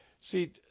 See